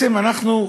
אנחנו,